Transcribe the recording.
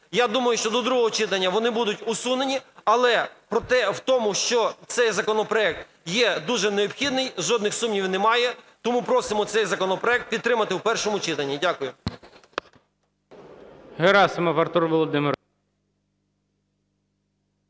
Я думаю, що до другого читання вони будуть усунені. Але в тому, що цей законопроект є дуже необхідний, жодних сумнівів немає, тому просимо цей законопроект підтримати в першому читанні. Дякую.